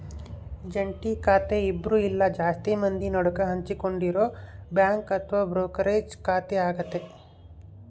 ಜಂಟಿ ಖಾತೆ ಇಬ್ರು ಇಲ್ಲ ಜಾಸ್ತಿ ಮಂದಿ ನಡುಕ ಹಂಚಿಕೊಂಡಿರೊ ಬ್ಯಾಂಕ್ ಅಥವಾ ಬ್ರೋಕರೇಜ್ ಖಾತೆಯಾಗತೆ